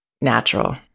natural